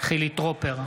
חילי טרופר,